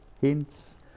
hints